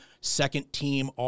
second-team